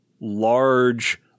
large